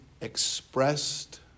expressed